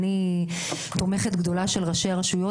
אני תומכת גדולה של ראשי הרשויות